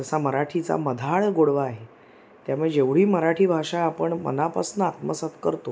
जसा मराठीचा मधाळ गोडवा आहे त्यामुळे जेवढी मराठी भाषा आपण मनापासून आत्मसात करतो